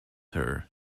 her